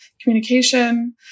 communication